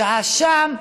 שעה שם.